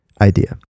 idea